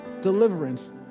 Deliverance